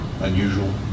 unusual